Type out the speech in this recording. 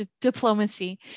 diplomacy